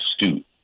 astute